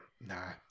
nah